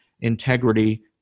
integrity